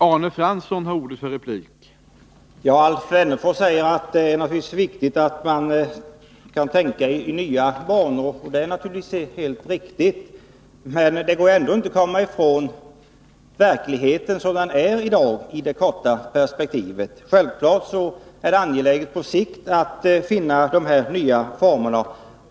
Herr talman! Alf Wennerfors säger att det är viktigt att man kan tänka i nya banor. Det är naturligtvis helt riktigt. Det går ändå inte att komma ifrån den verklighet som man i det korta perspektivet befinner sig i. Självfallet är det angeläget att på sikt finna nya former.